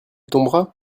tombera